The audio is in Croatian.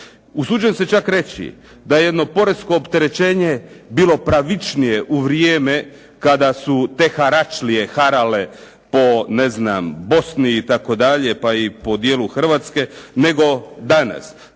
Usuđujem se čak reći da je jedno poresko opterećenje bilo pravičnije u vrijeme kada su te haračlije harale po ne znam Bosni itd., pa i po dijelu Hrvatske, nego danas.